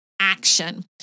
action